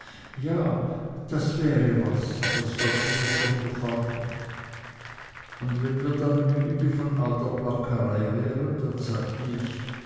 ja das wäre was das sollte mir schon gefallen und wenn wir dann müde von all der plackerei wären dann sagte ich